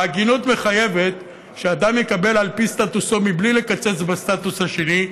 ההגינות מחייבת שאדם יקבל על פי סטטוסו מבלי לקצץ בסטטוס השני,